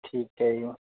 ਠੀਕ ਹੈ ਜੀ